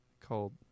called